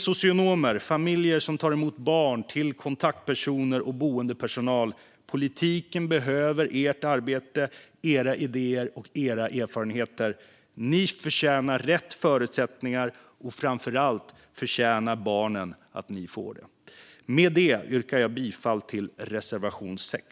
Socionomer, kontaktpersoner, boendepersonal, familjer som tar emot barn - politiken behöver ert arbete, era idéer och erfarenheter! Ni förtjänar rätt förutsättningar, och framför allt förtjänar barnen att ni får det. Jag yrkar bifall till reservation 6.